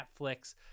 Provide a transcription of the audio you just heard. Netflix